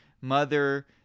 Mother